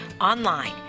online